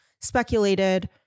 speculated